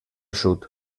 sud